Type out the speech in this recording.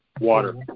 Water